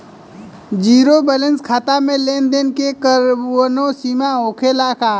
Zero balance खाता में लेन देन के कवनो सीमा होखे ला का?